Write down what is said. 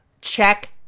check